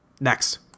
Next